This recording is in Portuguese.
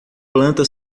planta